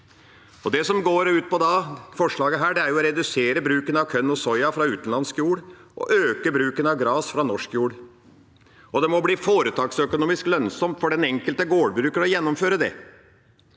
Det dette forslaget går ut på, er å redusere bruken av korn og soya fra utenlandsk jord og øke bruken av gress fra norsk jord. Det må bli foretaksøkonomisk lønnsomt for den enkelte gårdbruker å gjennomføre det.